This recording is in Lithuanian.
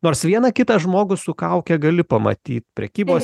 nors vieną kitą žmogų su kauke gali pamatyt prekybos